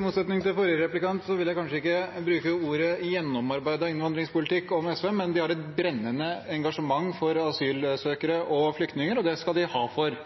motsetning til forrige replikant ville jeg kanskje ikke brukt ordet «gjennomarbeidet» om innvandringspolitikken til SV. De har et brennende engasjement for asylsøkere og flyktninger, og det skal de ha for,